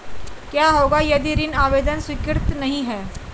क्या होगा यदि ऋण आवेदन स्वीकृत नहीं है?